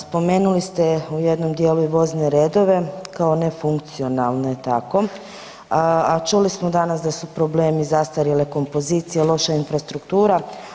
Spomenuli ste u jednom dijelu i vozne redove kao nefunkcionalne tako, a čuli smo danas da su problemi zastarjele kompozicije, loša infrastruktura.